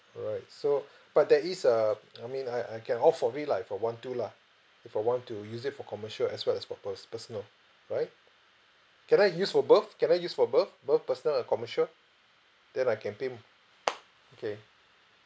alright so but there is a I mean I I can opt for it lah if I want to lah if I want to use it for commercial as well as per~ per~ personal right can I use for both can I use for both both personal and commercial then I can pay m~ okay